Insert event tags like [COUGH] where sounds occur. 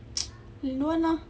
[NOISE] eh don't want lah